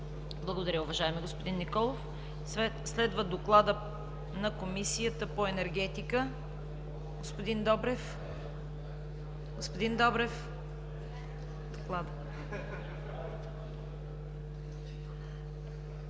Благодаря, уважаеми господин Николов. Следва доклада на Комисията по енергетика. Заповядайте, господин Добрев.